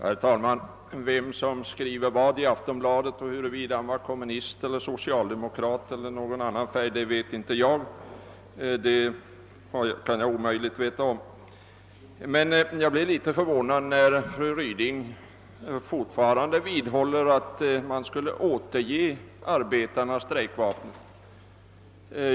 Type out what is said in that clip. Herr talman! Vem som skriver vad i Aftonbladet vet inte jag, och jag kan omöjligen veta om den som har skrivit en viss artikel är kommunist eller söcialdemokrat eller har någon annan färg. Jag är litet förvånad över att fru Ryding fortfarande vidhåller att vi borde »återge» arbetarna strejkvapnet.